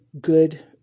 good